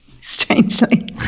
Strangely